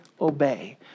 obey